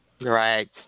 Right